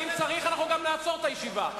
אם צריך, גם נעצור את הישיבה.